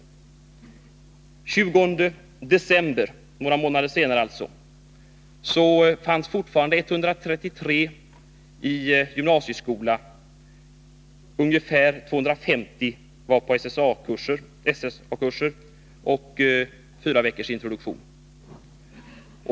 Den 20 december — alltså några månader senare — fanns fortfarande 133 i gymnasieskola eller på arbete, och ungefär 250 var på SA-kurs, fyraveckorsintroduktion e. d.